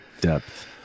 depth